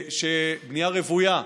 בנייה רוויה,